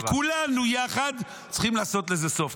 וכולנו יחד צריכים לעשות לזה סוף.